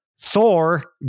Thor